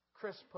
Chris